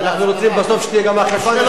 אנחנו רוצים בסוף שתהיה גם אכיפה,